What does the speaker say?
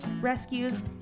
rescues